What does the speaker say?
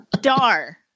Dar